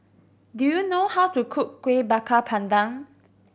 do you know how to cook Kueh Bakar Pandan